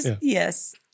Yes